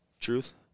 truth